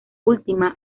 última